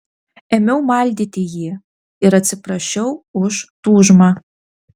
ėmiau maldyti jį ir atsiprašiau už tūžmą